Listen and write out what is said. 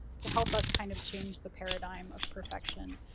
to help us kind of change the paradigm of perfection.